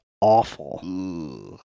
awful